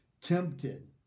Tempted